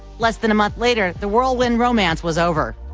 less than a month later, the whirlwind romance was over.